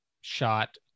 shot